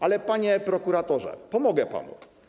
Ale, panie prokuratorze, pomogę panu.